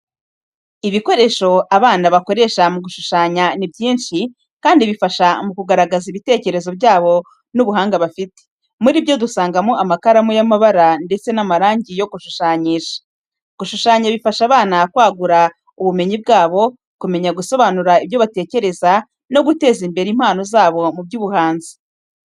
Ibikoresho abana bakoresha mu gushushanya ni byinshi kandi bifasha mu kugaragaza ibitekerezo byabo n'ubuhanga bafite. Muribyo dusangamo amakaramu y'amabara ndetse n'amarangi yo gushushanyisha. Gushushanya bifasha abana kwagura ubumenyi bwabo, kumenya gusobanura ibyo batekereza, no guteza imbere impano zabo mu by'ubuhanzi.